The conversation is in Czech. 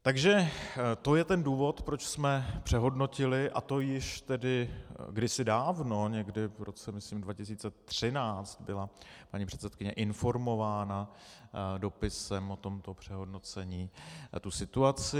Takže to je ten důvod, proč jsme přehodnotili, a to již kdysi dávno někdy v roce, myslím, 2013 byla paní předsedkyně informována dopisem o tomto přehodnocení a té situaci.